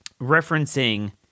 referencing